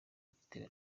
bitewe